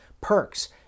perks